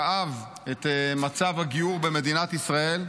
כאב את מצב הגיור במדינת ישראל.